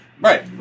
Right